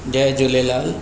Jay Jhulelal